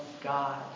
God